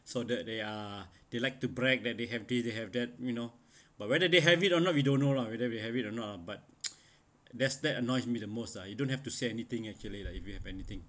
so that they are they like to brag that they this they have that you know but whether they have it or not we don't know lah whether we have it or not but there's that annoys me the most lah you don't have to say anything actually like if you have anything